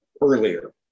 earlier